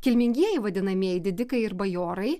kilmingieji vadinamieji didikai ir bajorai